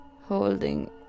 holding